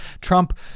Trump